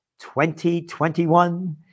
2021